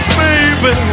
baby